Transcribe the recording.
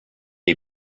est